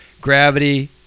gravity